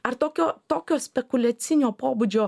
ar tokio tokio spekuliacinio pobūdžio